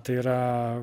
tai yra